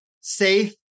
safe